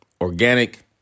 organic